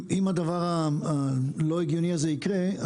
אם הדבר הלא הגיוני הזה יקרה,